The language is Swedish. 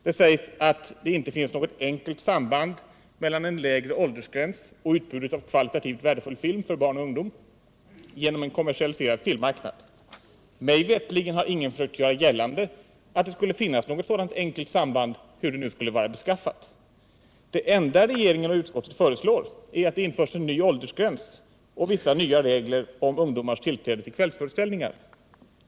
Det sägs t.ex. att ”det inte finns ett enkelt samband mellan en lägre åldersgräns och utbudet av kvalitativt värdefull film för barn och ungdom genom en kommersialiserad filmproduktion”. Mig veterligen har ingen försökt göra gällande att det skulle finnas något sådant enkelt samband — hur det nu skulle vara beskaffat. Det enda regeringen och utskottet föreslår är att det skall införas en ny åldersgräns och vissa nya regler för ungdomars tillträde till kvällsföreställningar.